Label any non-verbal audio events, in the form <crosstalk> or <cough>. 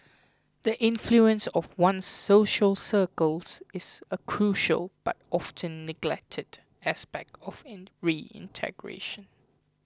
the influence of one's social circles is a crucial but often neglected aspect of <unintelligible> reintegration